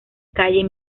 calle